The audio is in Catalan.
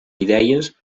idees